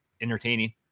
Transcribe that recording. entertaining